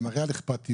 זה מראה על אכפתיות,